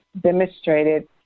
demonstrated